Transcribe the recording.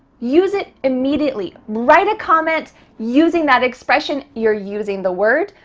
use it immediately. write a comment using that expression. you're using the word.